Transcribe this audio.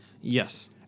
yes